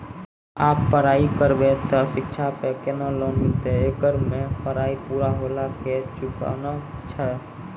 आप पराई करेव ते शिक्षा पे केना लोन मिलते येकर मे पराई पुरा होला के चुकाना छै?